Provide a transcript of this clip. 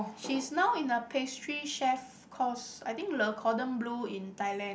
she's now in a pastry chef course I think Le-Cordon-Bleu in Thailand